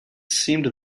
seemed